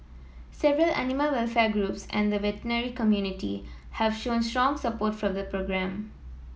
several animal welfare groups and the veterinary community have shown strong support for the programme